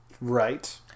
Right